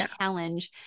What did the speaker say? challenge